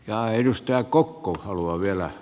ja höyrystyä kokko halua tyytyväisiä